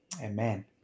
amen